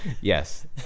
Yes